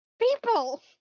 People